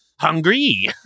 Hungry